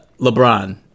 LeBron